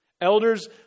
Elders